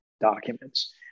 documents